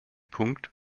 punkt